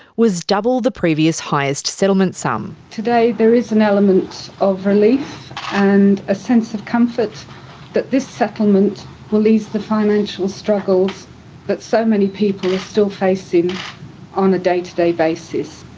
was double the previous highest settlement sum. today there is an element of relief and a sense of comfort that this settlement will ease the financial struggles that so many people are still facing on a day-to-day basis.